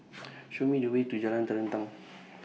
Show Me The Way to Jalan Terentang